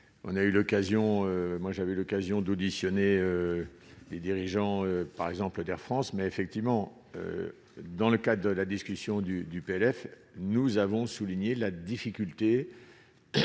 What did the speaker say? j'avais l'occasion d'auditionner les dirigeants, par exemple, d'Air France, mais effectivement dans le cas de la discussion du du PLF nous avons souligné la difficulté